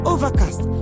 Overcast